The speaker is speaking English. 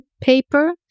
paper